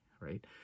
Right